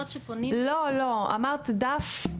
אמרת דף,